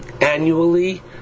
annually